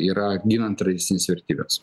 yra ginant tradicines vertybes